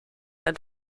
ein